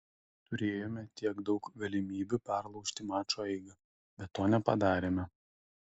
turėjome tiek daug galimybių perlaužti mačo eigą bet to nepadarėme